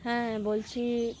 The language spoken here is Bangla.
হ্যাঁ বলছি